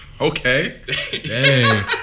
Okay